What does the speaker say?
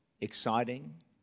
exciting